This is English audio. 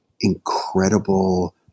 incredible